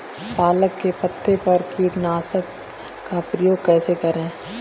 पालक के पत्तों पर कीटनाशक का प्रयोग कैसे करें?